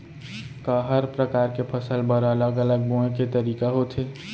का हर प्रकार के फसल बर अलग अलग बोये के तरीका होथे?